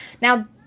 Now